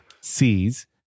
sees